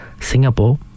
Singapore